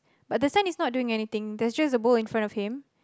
but the son is not doing anything there's just bowl in front of him